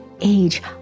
age